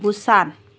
Busan